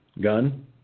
Gun